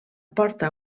porta